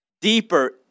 Deeper